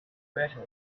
better